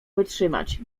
wytrzymać